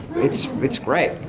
it's it's great.